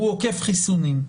הוא עוקף חיסונים.